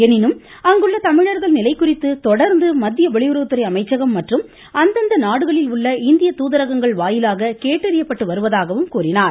எனினும் அங்குள்ள தமிழர்கள் நிலை குறித்து தொடர்ந்து மக்கிய வெளியுறவுத்துறை அமைச்சகம் மற்றும் அந்தந்த நாடுகளில் உள்ள இந்திய தூதரகங்கள் வாயிலாக கேட்டறியப்பட்டு வருகிறது என்றார்